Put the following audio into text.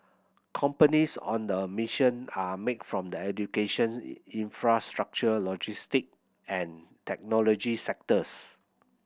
companies on the mission are make from the education infrastructure logistic and technology sectors